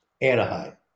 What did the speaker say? Anaheim